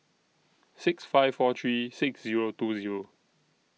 six five four three six Zero two Zero